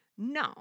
No